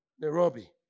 Nairobi